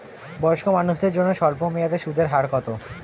বয়স্ক মানুষদের জন্য স্বল্প মেয়াদে সুদের হার কত?